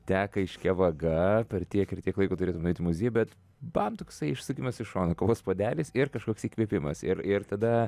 teka aiškia vaga per tiek ir tiek laiko turėtum nueit į muziejų bet bam toksai išsukimas į šoną kavos puodelis ir kažkoks įkvėpimas ir ir tada